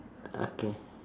okay